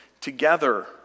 together